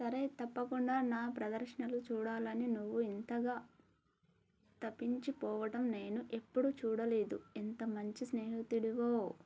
సరే తప్పకుండా నా ప్రదర్శనలు చూడాలని నువ్వు ఇంతగా తపించిపోవటం నేను ఎప్పుడూ చూడలేదు ఎంత మంచి స్నేహితుడివో